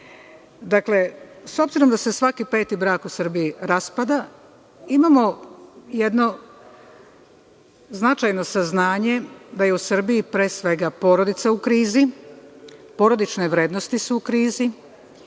rađaju.S obzirom da se svaki pet brak u Srbiji raspada, imamo jedno značajno saznanje da je u Srbiji pre svega porodica u krizi, porodične vrednosti su u krizi